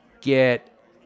Get